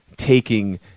Taking